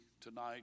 tonight